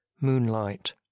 moonlight